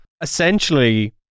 essentially